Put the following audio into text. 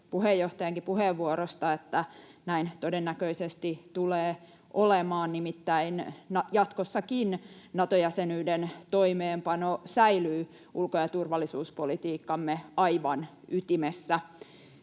puheenjohtajankin puheenvuorosta, että näin todennäköisesti tulee olemaan, nimittäin jatkossakin Nato-jäsenyyden toimeenpano säilyy ulko- ja turvallisuuspolitiikkamme aivan ytimessä.